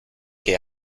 que